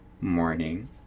morning